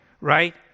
right